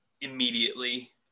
immediately